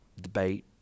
debate